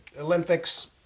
Olympics